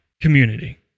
community